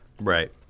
Right